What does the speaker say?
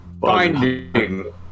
Finding